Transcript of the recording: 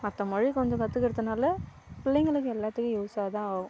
மற்ற மொழி கொஞ்சம் கற்றுக்கிறதுனால பிள்ளைங்களுக்கு எல்லாத்துக்கும் யூஸாகதான் ஆகும்